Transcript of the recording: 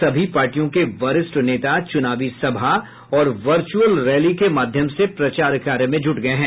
सभी पार्टियों के वरिष्ठ नेता चुनावी सभा और वर्चुअल रैली के माध्यम से प्रचार कार्य में जुट गये हैं